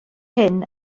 hyn